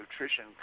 nutrition